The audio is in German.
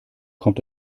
kommt